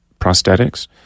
prosthetics